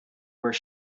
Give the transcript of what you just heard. where